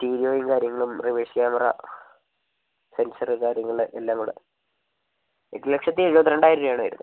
സ്റ്റീരിയോയും കാര്യങ്ങളും reverse camera sensor കാര്യങ്ങൾ എല്ലാം കൂടെ എട്ട് ലക്ഷത്തി എഴുപത്രണ്ടായിരം രൂപയാണ് വരുന്നത്